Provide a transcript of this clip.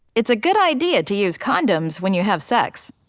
it's a good idea to use condoms when you have sex.